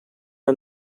are